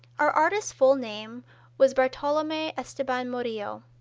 our artist's full name was bartolome esteban murillo.